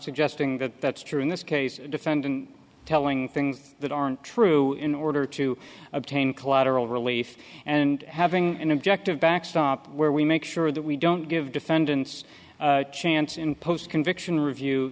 suggesting that that's true in this case a defendant telling things that aren't true in order to obtain collateral relief and having an objective backstop where we make sure that we don't give defendants chance in post conviction review